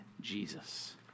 Jesus